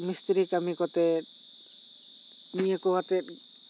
ᱢᱤᱥᱛᱨᱤ ᱠᱟᱹᱢᱤ ᱠᱚᱛᱮ ᱱᱤᱭᱟᱹ ᱠᱚ ᱟᱛᱮᱫ